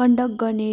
conduct गर्ने